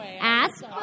ask